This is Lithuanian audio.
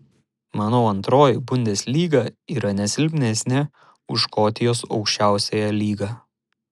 manau antroji bundeslyga yra ne silpnesnė už škotijos aukščiausiąją lygą